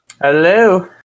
Hello